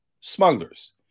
smugglers